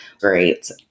great